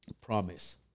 Promise